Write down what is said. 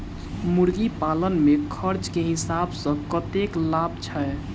मुर्गी पालन मे खर्च केँ हिसाब सऽ कतेक लाभ छैय?